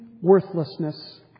worthlessness